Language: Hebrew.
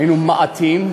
היינו מעטים,